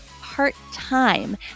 part-time